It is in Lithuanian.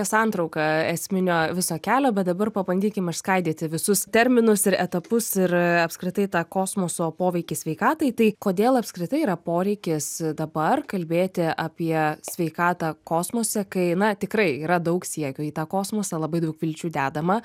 santrauka esminio viso kelio bet dabar pabandykim išskaidyti visus terminus ir etapus ir apskritai tą kosmoso poveikį sveikatai tai kodėl apskritai yra poreikis dabar kalbėti apie sveikatą kosmose kai na tikrai yra daug siekių į tą kosmosą labai daug vilčių dedama